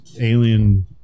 alien